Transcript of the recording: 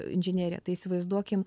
inžineriją tai įsivaizduokim